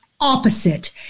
opposite